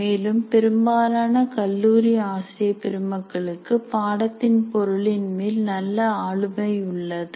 மேலும் பெரும்பாலான கல்லூரி ஆசிரிய பெருமக்களுக்கு பாடத்தின் பொருளின் மேல் நல்ல ஆளுமை உள்ளது